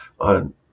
on